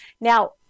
now